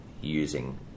using